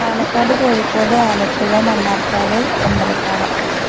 Palakkad Kozhikode Alappuzha Mannarkkad Ambalappara